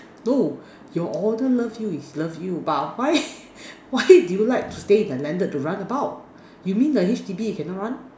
no your owner love you is love you but why why do you like to stay in the landed to run about you mean the H_D_B you cannot run